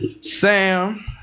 Sam